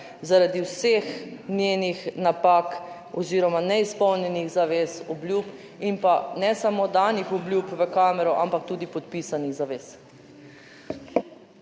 zaradi vseh njenih napak oziroma neizpolnjenih zavez, obljub, in pa ne samo danih obljub v kamero, ampak tudi podpisanih zavez.